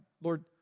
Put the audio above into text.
Lord